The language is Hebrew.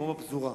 כמו בפזורה,